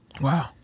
Wow